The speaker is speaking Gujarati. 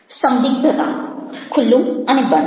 ખુલ્લું અને બંધ